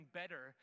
better